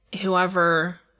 Whoever